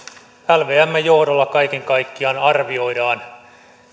lvmn johdolla kaiken kaikkiaan arvioidaan